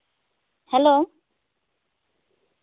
hello